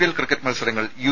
L cricket മത്സരങ്ങൾ U